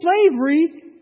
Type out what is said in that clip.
slavery